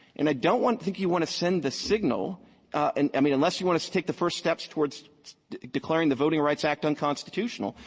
and i don't want think you want to send the signal and i mean, unless you want to to take the first steps towards declaring the voting rights act unconstitutional,